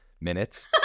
minutes